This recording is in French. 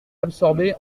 absorbée